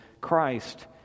Christ